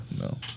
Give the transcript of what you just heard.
No